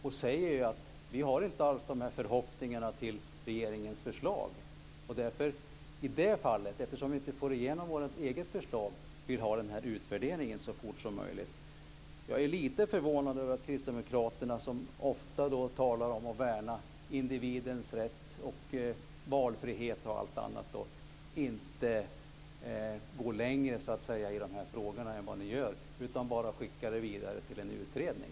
Vi säger ju att vi inte alls har de här förhoppningarna på regeringens förslag. Därför vill vi, eftersom vi inte får igenom vårt eget förslag, ha den här utvärderingen så fort som möjligt. Jag är lite förvånad över att Kristdemokraterna, som ofta talar om att värna individens rätt och valfrihet och allt annat, inte går längre i de här frågorna än vad ni gör. Ni skickar det bara vidare till en utredning.